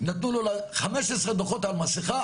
נתנו לו 15 דוחות על מסכה,